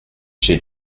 she